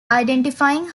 identifying